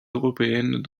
européennes